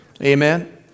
Amen